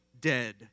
dead